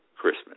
Christmas